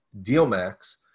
DealMax